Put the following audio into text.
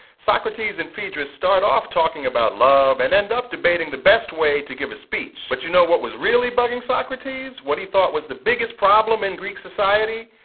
socrates and phaedrus start off talking about love and end up debating the best way to give a speech. but you know what was really bugging socrates, what he thought was the biggest problem in greek society?